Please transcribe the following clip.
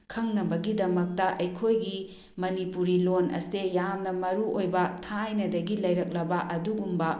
ꯈꯪꯅꯕꯒꯤꯗꯃꯛꯇ ꯑꯩꯈꯣꯏꯒꯤ ꯃꯅꯤꯄꯨꯔꯤ ꯂꯣꯜ ꯑꯁꯦ ꯌꯥꯝꯅ ꯃꯔꯨ ꯑꯣꯏꯕ ꯊꯥꯏꯅꯗꯒꯤ ꯂꯩꯔꯛꯂꯕ ꯑꯗꯨꯒꯨꯝꯕ